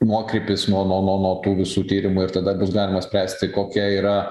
nuokrypis nuo nuo nuo nuo tų visų tyrimų ir tada bus galima spręsti kokia yra